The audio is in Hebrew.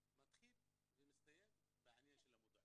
מאוד ייחודיות.